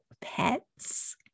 pets